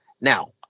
Now